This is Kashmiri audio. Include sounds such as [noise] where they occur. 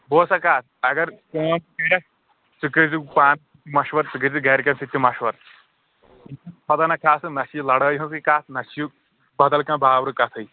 بوز سا کَتھ اَگر فون کَرٮ۪کھ ژٕ کٔرۍ زِ پان [unintelligible] مَشوَر ژٕ کٔرۍ زِ گَرِکٮ۪ن سۭتۍ تہِ مَشوَر [unintelligible] خۄدا نخواستہٕ نہ چھِ یہِ لَڑٲے ہِنٛزٕے کَتھ نہ چھِ یہِ بَدَل کانٛہہ باورٕ کَتھٕے